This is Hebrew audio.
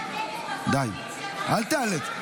די, אל תיעלב.